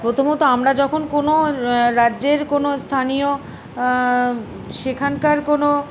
প্রথমত আমরা যখন কোনো রাজ্যের কোনো স্থানীয় সেখানকার কোনো